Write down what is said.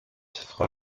frau